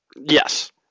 Yes